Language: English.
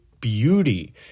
beauty